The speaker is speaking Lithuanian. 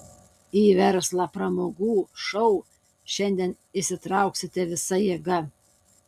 į verslą pramogų šou šiandien įsitrauksite visa jėga